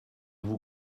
vous